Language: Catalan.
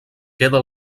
queda